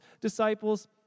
disciples